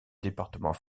département